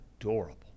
adorable